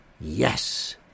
Yes